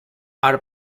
are